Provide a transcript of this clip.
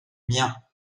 miens